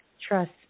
trust